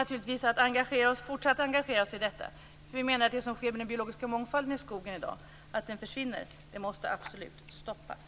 Naturligtvis kommer vi att fortsatt engagera oss i detta, för vi menar att det som i dag sker med den biologiska mångfalden i skogen - dvs. att den försvinner - absolut måste stoppas.